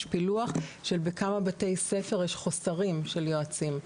פילוח של בכמה בתי ספר יש חוסרים של יועצים,